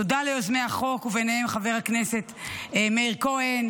תודה ליוזמי החוק ובהם חבר הכנסת מאיר כהן,